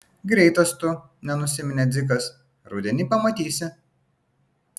greitas tu nenusiminė dzikas rudenį pamatysi